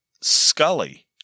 Scully